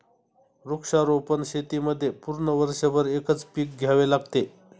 वृक्षारोपण शेतीमध्ये पूर्ण वर्षभर एकच पीक घ्यावे लागते